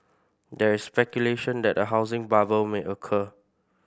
there is speculation that a housing bubble may occur